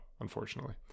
unfortunately